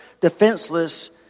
defenseless